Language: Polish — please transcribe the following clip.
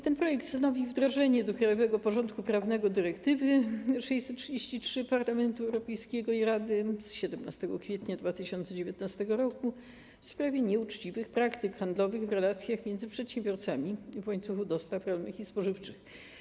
Ten projekt stanowi wdrożenie do krajowego porządku prawnego dyrektywy nr 633 Parlamentu Europejskiego i Rady z 17 kwietnia 2019 r. w sprawie nieuczciwych praktyk handlowych w relacjach między przedsiębiorcami w łańcuchu dostaw rolnych i spożywczych.